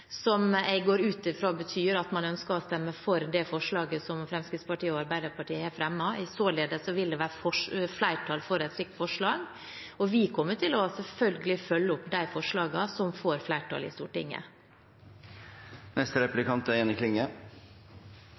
som jeg går ut fra betyr at man ønsker å stemme for det forslaget som Fremskrittspartiet og Arbeiderpartiet har fremmet. Således vil det være flertall for et slikt forslag, og vi kommer selvfølgelig til å følge opp de forslagene som får flertall i Stortinget. Subsidiært gjer vi det, ja. Regjeringa og stortingsfleirtalet vil innføre forbod mot våpen som allereie er